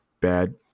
bad